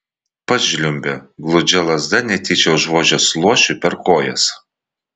pats žliumbė gludžia lazda netyčia užtvojęs luošiui per kojas